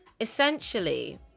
essentially